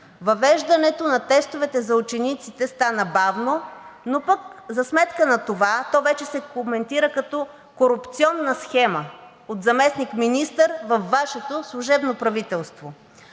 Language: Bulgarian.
Въвеждането на тестовете за учениците стана бавно, но пък за сметка на това то вече се коментира като корупционна схема от заместник-министър във Вашето служебно правителство.